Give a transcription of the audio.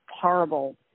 horrible